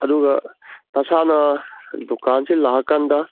ꯑꯗꯨꯒ ꯅꯁꯥꯅ ꯗꯨꯀꯥꯟꯁꯤ ꯂꯥꯛꯑꯀꯥꯟꯗ